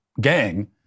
gang